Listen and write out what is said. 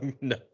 no